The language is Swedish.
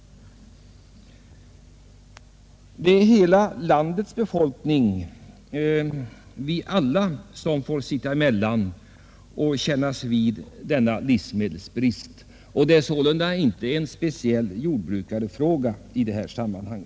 Det är landets hela befolkning, vi alla, som får sitta emellan och får kännas vid denna livsmedelsbrist, och det är sålunda inte någon speciell jordbrukarfråga i detta sammanhang.